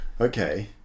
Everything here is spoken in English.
Okay